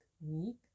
week